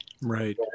Right